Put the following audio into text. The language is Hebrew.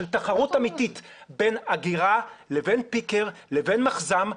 של תחרות אמיתית בין אגירה לבין פיקר לבין מחז"ם.